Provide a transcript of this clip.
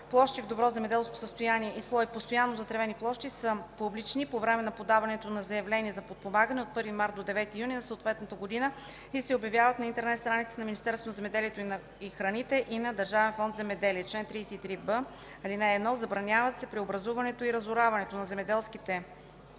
„Площи в добро земеделско състояние“ и слой „Постоянно затревени площи” са публични по време на подаването на заявления за подпомагане – от 1 март до 9 юни на съответната година, и се обявяват на интернет страниците на Министерството на земеделието и храните и на Държавен фонд „Земеделие”. Чл. 33б. (1) Забраняват се преобразуването и разораването от земеделските